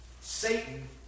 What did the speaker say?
Satan